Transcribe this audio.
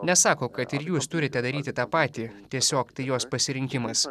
nesako kad ir jūs turite daryti tą patį tiesiog tai jos pasirinkimas